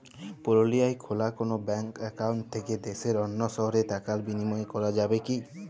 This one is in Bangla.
পুরুলিয়ায় খোলা কোনো ব্যাঙ্ক অ্যাকাউন্ট থেকে দেশের অন্য শহরে টাকার বিনিময় করা যাবে কি?